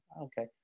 Okay